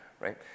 right